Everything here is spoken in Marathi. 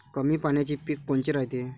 कमी पाण्याचे पीक कोनचे रायते?